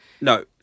No